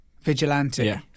vigilante